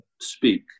speak